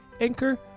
Anchor